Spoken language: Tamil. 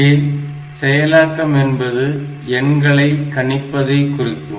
இங்கே செயலாக்கம் என்பது எண்களை கணிப்பதை குறிக்கும்